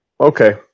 Okay